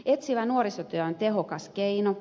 etsivä nuorisotyö on tehokas keino